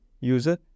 user